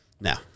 Now